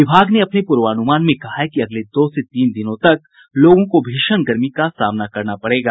विभाग ने अपने पूर्वानुमान में कहा है कि अगले दो से तीन दिनों तक लोगों को भीषण गर्मी का सामना करना पड़ेगा